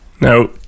Now